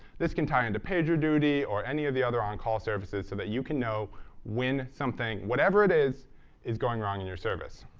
this can tie into pager duty or any of the other on-call services so that you can know when something whatever it is is going wrong in your service.